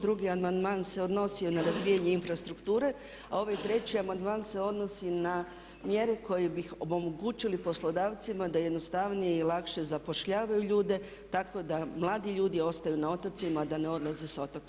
Drugi amandman se odnosio na razvijanje infrastrukture, a ovaj treći amandman se odnosi na mjere koje bi omogućili poslodavcima da jednostavnije i lakše zapošljavaju ljude, tako da mladi ljudi ostaju na otocima, a da ne odlaze sa otoka.